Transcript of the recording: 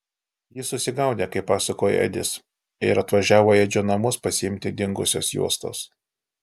jis susigaudę kaip pasakojo edis ir atvažiavo į edžio namus pasiimti dingusios juostos